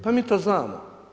Pa mi to znamo.